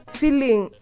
feeling